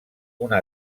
una